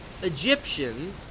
Egyptian